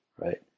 right